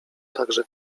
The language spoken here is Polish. także